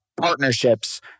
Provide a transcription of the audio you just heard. partnerships